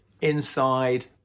inside